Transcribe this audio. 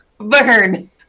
burn